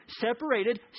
separated